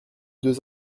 deux